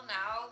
now